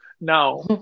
now